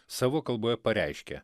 savo kalboje pareiškė